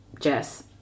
Jess